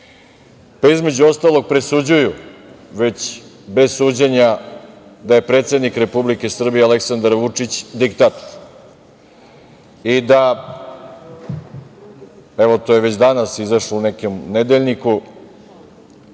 portale. Između ostalog, presuđuju već bez suđenja da je predsednik Republike Srbije Aleksandar Vučić diktator, evo to je već danas izašlo u nekom nedeljniku